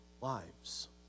lives